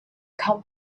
come